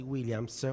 Williams